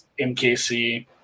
MKC